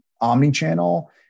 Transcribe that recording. omni-channel